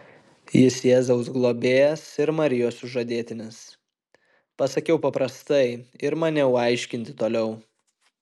jis jėzaus globėjas ir marijos sužadėtinis pasakiau paprastai ir maniau aiškinti toliau